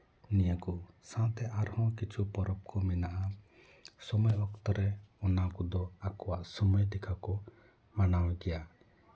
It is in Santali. ᱱᱤᱭᱟᱹ ᱠᱚ ᱥᱟᱶᱛᱮ ᱟᱨᱦᱚᱸ ᱠᱤᱪᱷᱩ ᱯᱚᱨᱚᱵᱽ ᱠᱚ ᱢᱮᱱᱟᱜᱼᱟ ᱥᱚᱢᱚᱭ ᱚᱠᱛᱚ ᱨᱮ ᱚᱱᱟ ᱠᱚᱫᱚ ᱟᱠᱚᱣᱟᱜ ᱥᱚᱢᱚᱭ ᱛᱮᱜᱮ ᱠᱚ ᱢᱟᱱᱟᱣ ᱜᱮᱭᱟ